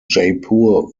jaipur